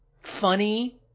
funny